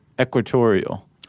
equatorial